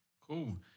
Cool